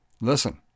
Listen